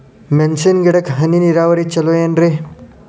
ಮೆಣಸಿನ ಗಿಡಕ್ಕ ಹನಿ ನೇರಾವರಿ ಛಲೋ ಏನ್ರಿ?